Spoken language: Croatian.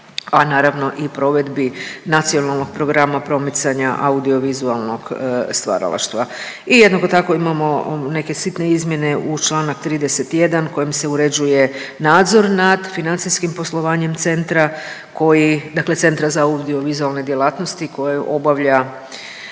a naravno i provedbi Nacionalnog programa promicanja audiovizualnog stvaralaštva. I jednako tako imamo neke sitne izmjene u čl. 31. kojim se uređuje nadzor nad financijskim poslovanjem centra koji dakle Centra za audiovizualne djelatnosti koju obavlja